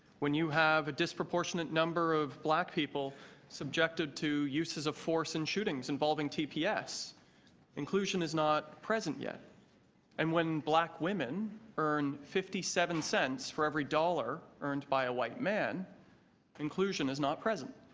when you have a disproportionate number of black people subjected to uses of force and shootings involve ing tps inclusion is not present yet and when black women earn fifty seven cents for every dollar earned by a white man inclusion is not present.